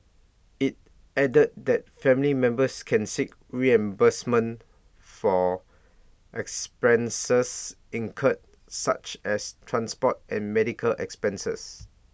IT added that family members can seek reimbursement for expenses incurred such as transport and medical expenses